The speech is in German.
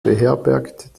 beherbergt